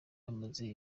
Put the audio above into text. bamaze